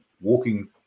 walking